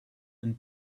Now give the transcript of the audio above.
and